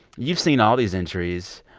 you've seen all these entries.